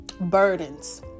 Burdens